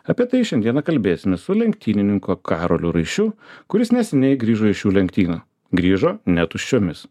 apie tai šiandieną kalbėsime su lenktynininku karoliu raišiu kuris neseniai grįžo iš šių lenktynių grįžo netuščiomis